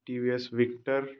TVS victor